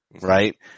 Right